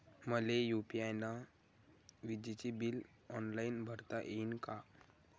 मले यू.पी.आय न विजेचे बिल ऑनलाईन भरता येईन का?